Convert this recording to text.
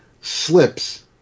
slips